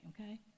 okay